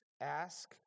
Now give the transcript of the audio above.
Ask